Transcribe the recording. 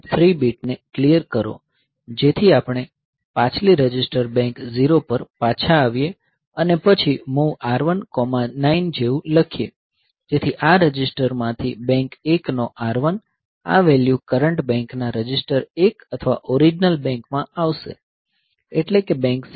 3 બીટને ક્લીયર કરો જેથી આપણે પાછલી રજિસ્ટર બેંક 0 પર પાછા આવીએ અને પછી MOV R109 જેવું લખીએ જેથી આ રજીસ્ટરમાંથી બેંક 1 નો R1 આ વેલ્યુ કરંટ બેંકના રજીસ્ટર 1 અથવા ઓરીજીનલ બેંકમાં આવશે એટલે કે બેંક 0